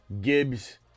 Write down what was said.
Gibbs